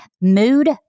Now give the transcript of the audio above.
mood